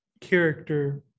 character